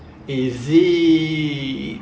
easy